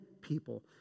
people